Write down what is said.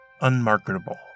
unmarketable